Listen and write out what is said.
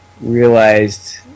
realized